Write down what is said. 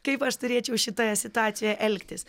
kaip aš turėčiau šitoje situacijoje elgtis